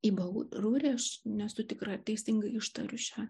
ibaruri aš nesu tikra ar teisingai ištariu šią